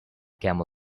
camel